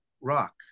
rock